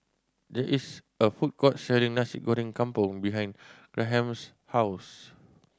there is a food court selling Nasi Goreng Kampung behind Graham's house